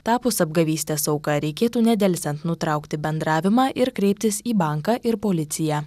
tapus apgavystės auka reikėtų nedelsiant nutraukti bendravimą ir kreiptis į banką ir policiją